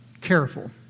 careful